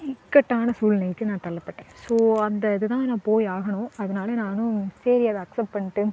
இக்கட்டான சூழ்நிலைக்கு நான் தள்ளப்பட்டேன் ஸோ அந்த இது தான் நான் போய் ஆகணும் அதுனால் நானும் சரி அதை அக்ஸப்ட் பண்ணிட்டு